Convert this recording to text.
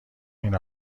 این